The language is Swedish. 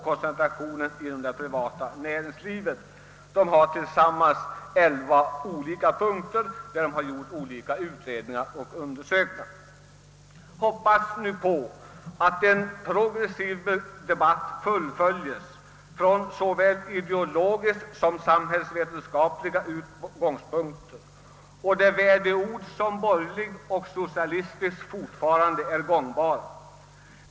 ——— Jag hoppas nu att det blir en progressiv debatt, förd från såväl ideologiska som samhällsvetenskapliga utgångspunkter — en debatt där värdeord som »borgerlig» och »socialistisk» fortfarande är gångbara.